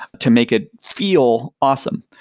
to make it feel awesome.